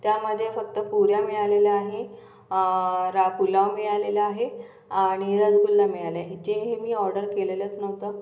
त्यामध्ये फक्त पुऱ्या मिळालेल्या आहे रा पुलाव मिळालेला आहे आणि रसगुल्ला मिळाला आहे जे ही मी ऑर्डर केलेलंच नव्हतं